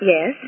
Yes